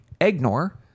Ignore